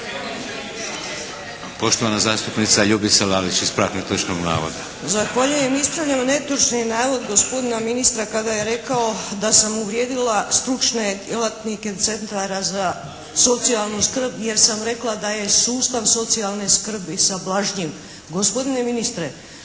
Poštovana zastupnica Ljubica Lalić ispravak netočnog navoda. **Lalić, Ljubica (HSS)** Zahvaljujem. Ispravljam netočni navod gospodina ministra kada je rekao da sam uvrijedila stručne djelatnike centara za socijalnu skrb jer sam rekla da je sustav socijalne skrbi sablažnjiv. Gospodine ministre